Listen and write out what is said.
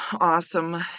awesome